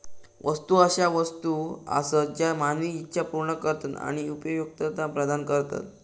वस्तू अशा वस्तू आसत ज्या मानवी इच्छा पूर्ण करतत आणि उपयुक्तता प्रदान करतत